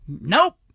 Nope